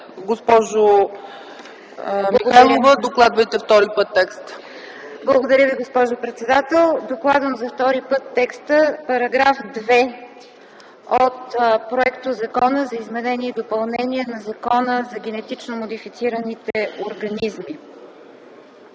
Госпожо Михайлова, докладвайте втори път текста. ДОКЛАДЧИК ИСКРА МИХАЙЛОВА: Благодаря Ви, госпожо председател. Докладвам за втори път текста: Параграф 2 от Проектозакона за изменение и допълнение на Закона за генетично модифицираните организми.